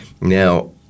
Now